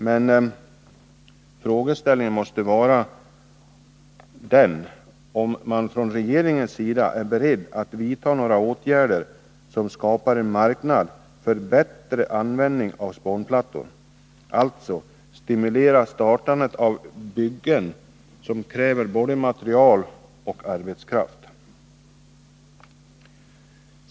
Men frågeställningen måste vara: Är regeringen beredd att vidta några åtgärder som kan skapa en marknad för bättre användning av spånplattor, alltså stimulera startandet av byggen som kräver både material och arbetskraft?